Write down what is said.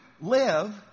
live